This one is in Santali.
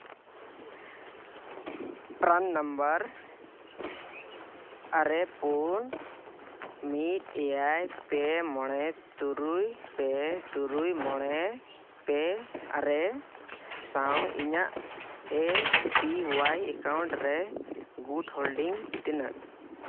ᱯᱨᱟᱱ ᱱᱟᱢᱵᱟᱨ ᱟᱨᱮ ᱯᱩᱱ ᱢᱤᱫ ᱮᱭᱟᱭ ᱯᱮ ᱢᱚᱬᱮ ᱛᱩᱨᱩᱭ ᱯᱮ ᱛᱩᱨᱩᱭ ᱢᱚᱬᱮ ᱯᱮ ᱟᱨᱮ ᱥᱟᱶ ᱤᱧᱟᱹᱜ ᱮ ᱯᱤ ᱚᱣᱟᱭ ᱮᱠᱟᱣᱩᱱᱴ ᱨᱮ ᱜᱩᱴ ᱦᱳᱞᱰᱤᱝ ᱛᱤᱱᱟᱹᱜ